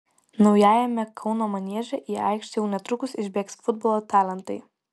naujajame kauno manieže į aikštę jau netrukus išbėgs futbolo talentai